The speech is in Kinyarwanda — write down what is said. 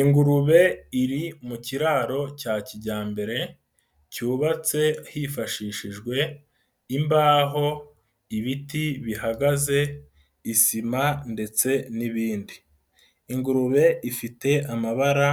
Ingurube iri mu kiraro cya kijyambere cyubatse hifashishijwe imbaho, ibiti bihagaze, isima ndetse n'ibindi, ingurube ifite amabara